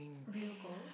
real gold